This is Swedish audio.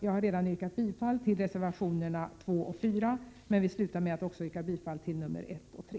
Jag har redan yrkat bifall till reservationerna 2 och 4, men vill sluta med att också yrka bifall till reservationerna 1 och 3.